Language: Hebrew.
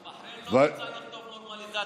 בחריין לא רוצה לחתום על נורמליזציה,